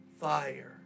fire